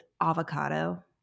avocado